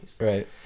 Right